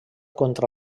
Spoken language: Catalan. contra